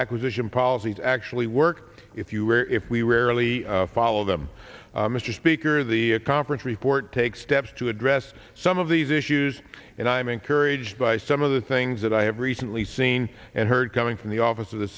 acquisition policies actually work if you are if we rarely follow them mr speaker the conference report take steps to address some of these issues and i am encouraged by some of the things that i have recently seen and heard coming from the office of the